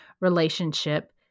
relationship